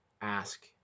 ask